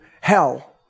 hell